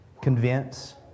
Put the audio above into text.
convince